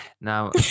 now